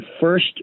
first